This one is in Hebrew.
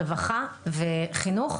רווחה וחינוך,